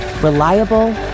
Reliable